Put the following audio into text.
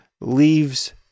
leaves